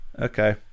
okay